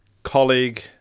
colleague